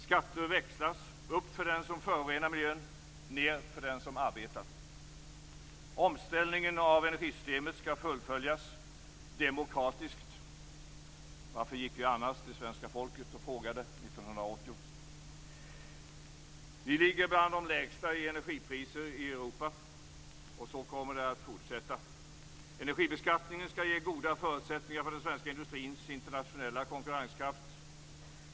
Skatter växlas - upp för den som förorenar miljön och ned för den som arbetar. Omställningen av energisystemet skall fullföljas demokratiskt. Varför gick vi annars ut och frågade det svenska folket 1980? Vi ligger bland de lägsta i energipriser i Europa, och så kommer det att fortsätta att vara. Energibeskattningen skall ge goda förutsättningar för den svenska industrins internationella konkurrenskraft.